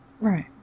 Right